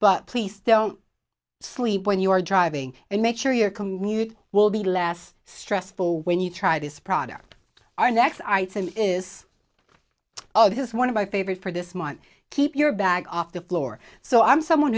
but please don't sleep when you are driving and make sure your commute will be less stressful when you try this product our next item is his one of my favorite for this month keep your bag off the floor so i'm someone